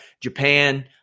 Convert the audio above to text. Japan